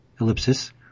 ellipsis